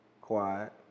quiet